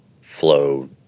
flow